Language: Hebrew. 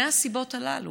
מהסיבות הללו.